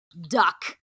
duck